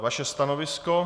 Vaše stanovisko?